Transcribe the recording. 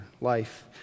Life